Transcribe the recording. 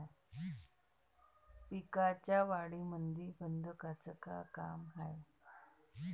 पिकाच्या वाढीमंदी गंधकाचं का काम हाये?